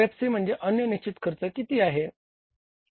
OFC म्हणजे अन्य निश्चित खर्च किती आहे